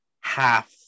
half